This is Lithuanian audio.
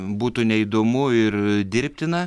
būtų neįdomu ir dirbtina